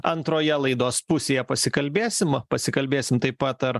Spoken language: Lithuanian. antroje laidos pusėje pasikalbėsim pasikalbėsim taip pat ar